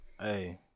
hey